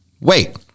wait